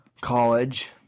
college